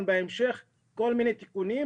בהמשך אנחנו נבחן כל מיני תיקונים,